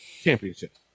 championship